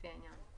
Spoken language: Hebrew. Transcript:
לפי העניין,